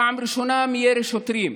פעם ראשונה, מירי שוטרים.